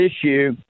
issue